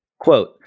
Quote